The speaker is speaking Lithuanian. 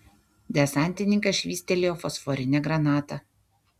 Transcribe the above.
desantininkas švystelėjo fosforinę granatą